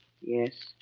Yes